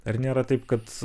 ar nėra taip kad